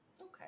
okay